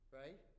right